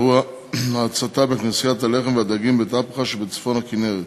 אירוע ההצתה בכנסיית הלחם והדגים בטבחה שבצפון הכינרת,